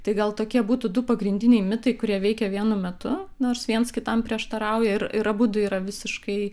tai gal tokie būtų du pagrindiniai mitai kurie veikia vienu metu nors viens kitam prieštarauja ir ir abudu yra visiškai